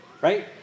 right